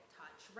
touch